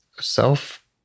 self